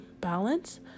balance